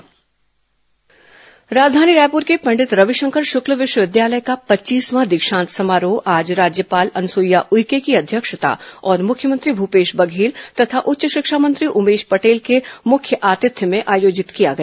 दीक्षांत समारोह राजधानी रायपुर के पंडित रविशंकर शुक्ल विश्वविद्यालय का पच्चीसवां दीक्षांत समारोह आज राज्यपाल अनुसुईया उइके की अध्यक्षता और मुख्यमंत्री भूपेश बघेल तथा उच्च शिक्षा मंत्री उमेश पटेल के मुख्य आतिथ्य में आयोजित किया गया